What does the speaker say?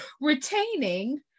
retaining